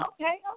okay